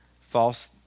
False